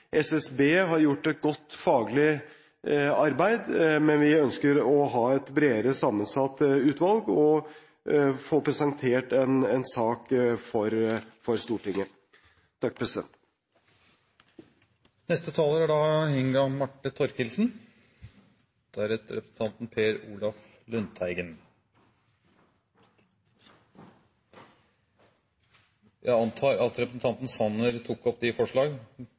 SSB har gjort et godt faglig arbeid, men vi ønsker å ha et bredere sammensatt utvalg og få presentert en sak for Stortinget. Jeg vil med dette ta opp de forslag